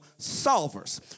solvers